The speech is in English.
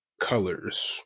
colors